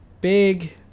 Big